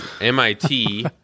MIT